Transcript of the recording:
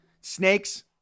Snakes